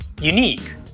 unique